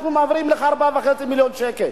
אנחנו מעבירים לך 4.5 מיליון שקל.